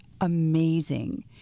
amazing